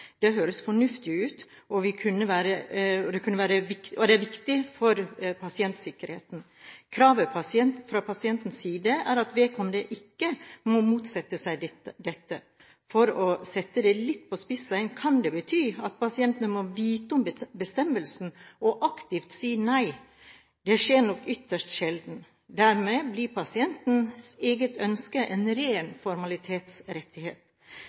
og kvalitetssikringshensyn. Det høres fornuftig ut, og det er viktig for pasientsikkerheten. Kravet fra pasientens side er at vedkommende ikke må motsette seg dette. For å sette det litt på spissen kan dette bety at pasienten må vite om bestemmelsen og aktivt si nei. Det skjer nok ytterst sjelden. Dermed blir pasientens eget ønske en ren formalitetsrettighet.